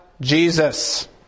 Jesus